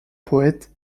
poètes